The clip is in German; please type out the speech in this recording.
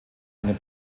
einen